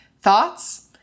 thoughts